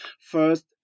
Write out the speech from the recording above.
First